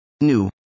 New